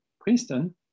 Princeton